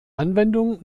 anwendung